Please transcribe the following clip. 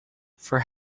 for